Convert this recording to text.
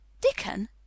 Dickon